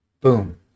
boom